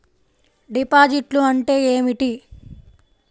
డిపాజిట్లు అంటే ఏమిటి?